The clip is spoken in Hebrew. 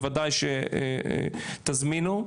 בוודאי שתזמינו.